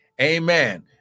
Amen